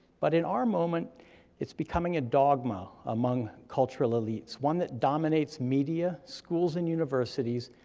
but in our moment it's becoming a dogma among cultural elites, one that dominates media, schools and universities,